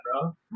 bro